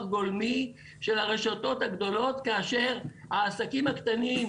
גולמי של הרשתות הגדולות כאשר העסקים הקטנים,